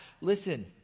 Listen